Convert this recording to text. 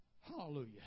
Hallelujah